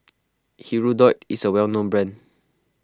Hirudoid is a well known brand